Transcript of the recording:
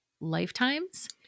lifetimes